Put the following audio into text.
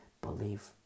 believe